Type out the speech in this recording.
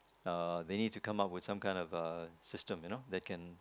uh they need to come up with some kind of uh system you know that can